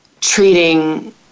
treating